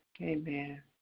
Amen